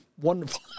wonderful